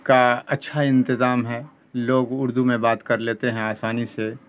کا اچھا انتظام ہے لوگ اردو میں بات کر لیتے ہیں آسانی سے